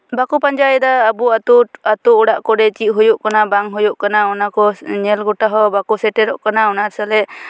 ᱵᱟᱠᱚ ᱯᱟᱸᱡᱟᱭᱮᱫᱟ ᱟᱵᱚ ᱟᱛᱳᱼᱟᱛᱳ ᱚᱲᱟᱜ ᱠᱚᱨᱮᱫ ᱪᱮᱫ ᱦᱩᱭᱩᱜ ᱠᱟᱱᱟ ᱵᱟᱝ ᱦᱩᱭᱩᱜ ᱠᱟᱱᱟ ᱚᱱᱟ ᱠᱚ ᱧᱮᱞ ᱜᱚᱴᱟ ᱦᱚᱸ ᱵᱟᱠᱚ ᱥᱮᱴᱮᱨᱚᱜ ᱠᱟᱱᱟ ᱚᱱᱟ ᱥᱮᱞᱮᱫ